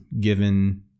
given